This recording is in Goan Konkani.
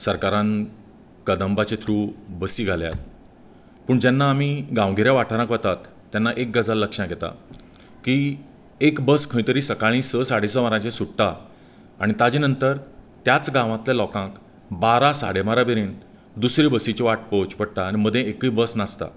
सरकारान कदंबाच्या थ्रु बसी घाल्यात पूण जेन्ना आमी गांवगिऱ्या वाठारांत वतात तेन्ना एक गजाल लक्ष्यांत येता की एक बस खंय तरी सकाळी स साडे स वरांचेर सुट्टा आनी ताज्या नंतर त्याच गांवांतल्या लोकांक बारा साडे बारा मेरेन दुसरी बसीची वाट पळोवची पडटा आनी मदीं एकूय बस नासता